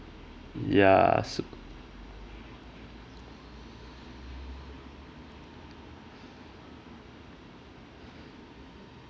ya